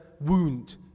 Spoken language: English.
wound